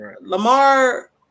Lamar